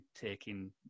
taking